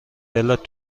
دلت